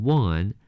one